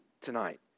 tonight